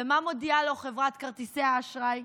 ומה מודיעה לו חברת כרטיסי האשראי?